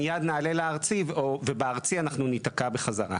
מייד נעלה לארצי ובארצי אנחנו ניתקע בחזרה.